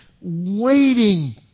waiting